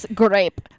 grape